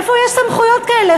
איפה יש סמכויות כאלה?